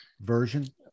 version